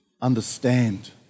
understand